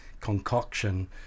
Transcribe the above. concoction